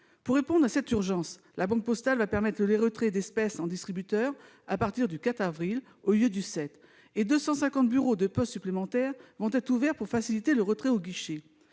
Pour répondre à cette urgence, La Banque postale permettra les retraits d'espèces aux distributeurs à partir du 4 avril, au lieu du 7, et 250 bureaux de poste supplémentaires seront ouverts pour faciliter les retraits aux guichets.